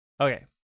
Okay